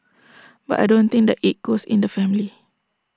but I don't think that IT goes in the family